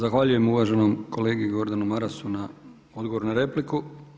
Zahvaljujem uvaženom kolegi Gordanu Marasu na odgovoru na repliku.